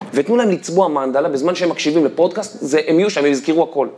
ותנו להם לצבוע מאנדלה בזמן שהם מקשיבים לפודקאסט, זה הם יהיו שהם יזכירו הכל.